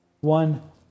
One